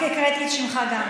הקראתי גם את שמך.